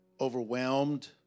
overwhelmed